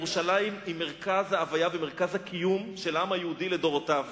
ירושלים היא מרכז ההוויה ומרכז הקיום של העם היהודי לדורותיו.